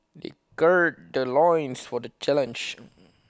they gird their loins for the challenge